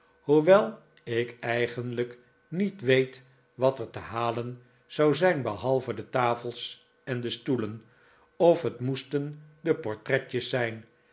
hoewel ik eigenlijk niet weet wat er te halen zou zijn behalve de tafels en de stoelen of het moesten de portretjes zijn